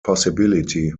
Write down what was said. possibility